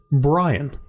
Brian